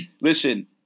listen